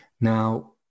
Now